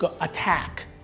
attack